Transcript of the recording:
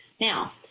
Now